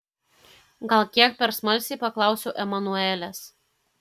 gal kiek per smalsiai paklausiau emanuelės